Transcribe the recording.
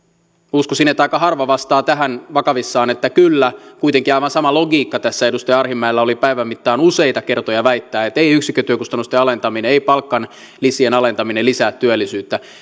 uskoisin että aika harva vastaa tähän vakavissaan kyllä kuitenkin aivan sama logiikka tässä edustaja arhinmäellä oli päivän mittaan useita kertoja väittää ettei yksikkötyökustannusten alentaminen ei palkanlisien alentaminen lisää työllisyyttä